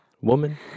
Woman